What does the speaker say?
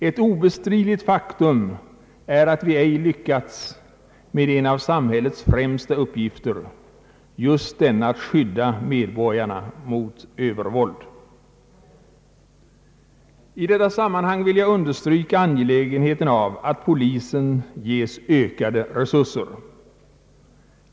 Ett obestridligt faktum är att vi ej har lyckats med en av samhällets främsta uppgifter, nämligen just denna att skydda medborgarna mot övervåld. I detta sammanhang vill jag understryka angelägenheten av att polisen ges ökade resurser.